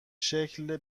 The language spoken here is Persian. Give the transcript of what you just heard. شکل